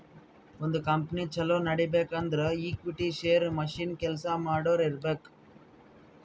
ಒಂದ್ ಕಂಪನಿ ಛಲೋ ನಡಿಬೇಕ್ ಅಂದುರ್ ಈಕ್ವಿಟಿ, ಶೇರ್, ಮಷಿನ್, ಕೆಲ್ಸಾ ಮಾಡೋರು ಇರ್ಬೇಕ್